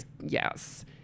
Yes